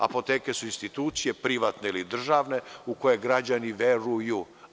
Apoteke su institucije privatne ili državne u koje građani veruju.